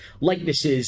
likenesses